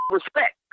respect